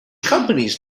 companies